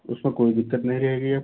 उसमें कोई दिक्कत नहीं रहेगी अब